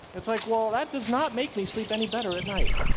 it's like, well, that does not make me sleep any better at night.